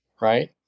right